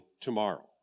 tomorrow